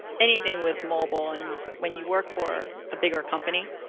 anything with mobile and when you work for a bigger company,